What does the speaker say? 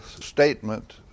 statement